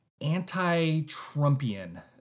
anti-Trumpian